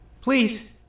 Please